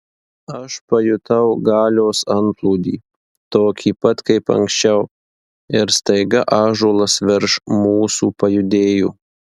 aš pajutau galios antplūdį tokį pat kaip anksčiau ir staiga ąžuolas virš mūsų pajudėjo